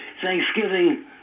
Thanksgiving